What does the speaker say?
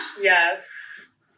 Yes